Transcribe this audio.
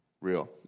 real